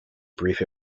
brief